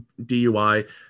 dui